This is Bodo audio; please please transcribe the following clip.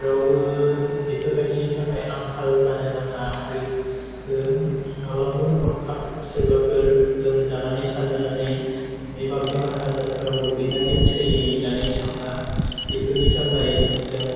जेरावबो बेफोर बायदिनि थाखाय आंखाल जानो नाङा आरो माब्लाबाफोर हरखाब सोरबाफोर लोमजानानै साजानानै एबा बेमार आजारफोराव गोग्लैनानै थैनानै थाङा बेफोरनि थाखाय जों